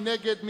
מי נגד?